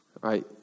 Right